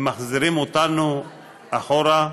הם מחזירים אותנו אחורה.